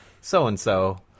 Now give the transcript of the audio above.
so-and-so